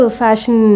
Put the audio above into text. fashion